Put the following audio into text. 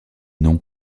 non